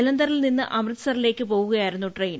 ജലന്ധറിൽ നിന്നും അമൃത്സറിലേക്ക് പോകുകയായിരുന്നു ട്രെയിൻ